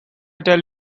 tell